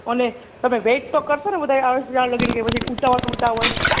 અને તમે વેટ તો કરસો ને બધા આવે ત્યાં લગી કે પછી ઉતાવડ ઉતાવડ